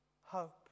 hope